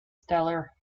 stellar